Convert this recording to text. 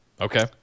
Okay